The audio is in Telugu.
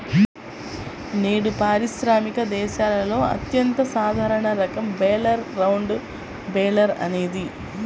నేడు పారిశ్రామిక దేశాలలో అత్యంత సాధారణ రకం బేలర్ రౌండ్ బేలర్ అనేది